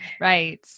Right